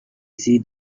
see